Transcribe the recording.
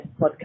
podcast